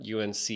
UNC